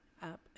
up